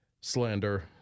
slander